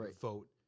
vote